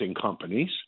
companies